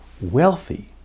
wealthy